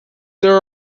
there